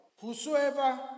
Whosoever